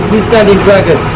descending dragon.